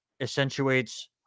accentuates